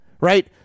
right